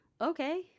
okay